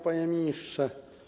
Panie Ministrze!